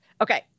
Okay